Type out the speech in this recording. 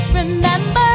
remember